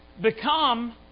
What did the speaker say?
Become